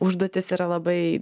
užduotis yra labai